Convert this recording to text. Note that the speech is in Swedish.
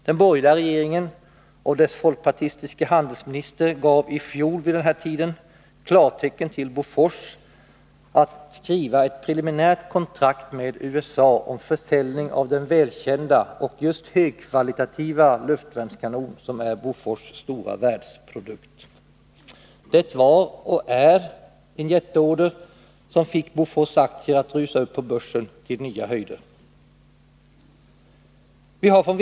Den borgerliga regeringen och dess folkpartistiske handelsminister gav i fjol vid den här tiden klartecken till Bofors att skriva ett preliminärt kontrakt med USA om försäljning av den välkända och just högkvalitativa luftvärnskanon som är Bofors stora världsprodukt. Det var och är en jätteorder, som fick Bofors aktier att rusa upp till nya höjder på börsen.